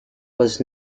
was